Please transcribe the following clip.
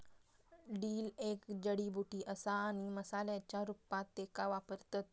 dill एक जडीबुटी असा आणि मसाल्याच्या रूपात त्येका वापरतत